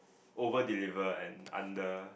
over deliver and under